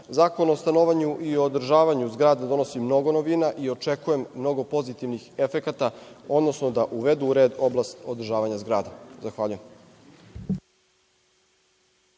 o stanovanju i o održavanju zgrada donosi mnogo novina i očekujem mnogo pozitivnih efekata, odnosno da uvedu u red oblast održavanja zgrada. Zahvaljujem.